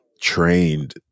trained